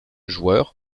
joueur